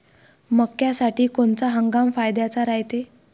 मक्क्यासाठी कोनचा हंगाम फायद्याचा रायते?